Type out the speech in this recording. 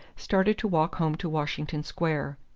started to walk home to washington square.